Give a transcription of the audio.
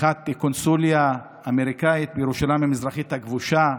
פתיחת קונסוליה אמריקאית בירושלים הכבושה.